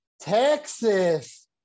Texas